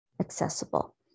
accessible